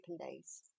Days